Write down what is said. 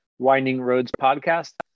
windingroadspodcast